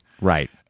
Right